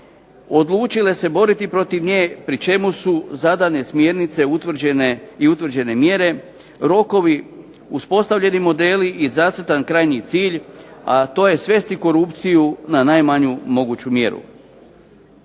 odlučile se boriti protiv nje pri čemu su zadane smjernice i utvrđene mjere, rokovi, uspostavljeni modeli i zacrtan krajnji cilj. A to je svesti korupciju na najmanju moguću mjeru.